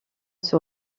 sur